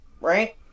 right